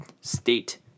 state